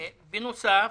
בנוסף,